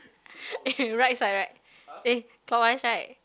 eh right side right eh clockwise right